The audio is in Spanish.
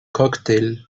cóctel